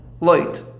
Light